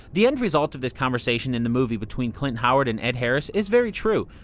the end result of this conversation in the movie between clint howard and ed harris is very true.